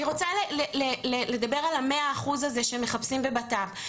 אני רוצה לדבר על ה-100 אחוז הזה שמחפשים במשרד לביטחון הפנים.